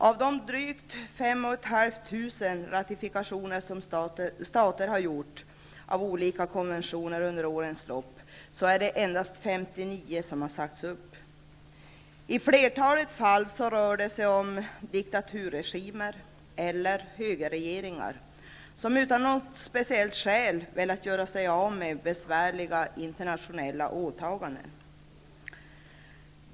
Av de drygt 5 500 ratifikationer som stater har gjort av olika ILO konventioner under årens lopp är det endast 59 som har sagts upp. I flertalet fall rör det sig om diktaturregimer eller högerregeringar, som utan speciella skäl velat göra sig av med besvärliga internationella åtaganden.